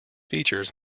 features